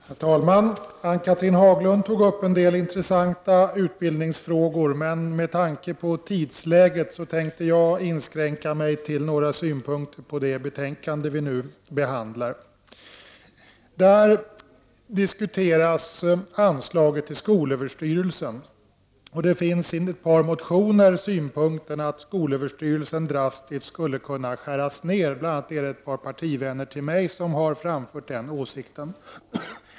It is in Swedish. Herr talman! Ann-Cathrine Haglund tog upp en del intressanta utbildningsfrågor. Med tanke på tidsläget skall jag inskränka mig till några synpunkter på det betänkande som vi nu behandlar. Där diskuteras anslaget till skolöverstyrelsen. I ett par motioner framförs synpunkten att skolöverstyrelsen drastiskt skulle kunna skäras ner — bl.a. ett par partivänner till mig har framfört denna åsikt.